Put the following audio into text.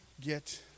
get